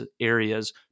areas